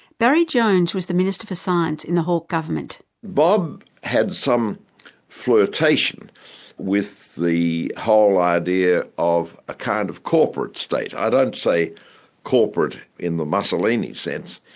barry jones was the minister for science in the hawke government. bob had some flirtation with the whole idea of a kind of corporate state. i don't say corporate in the mussolini sense,